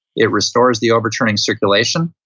it restores the overturning circulation,